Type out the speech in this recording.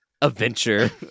adventure